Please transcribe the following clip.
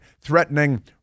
threatening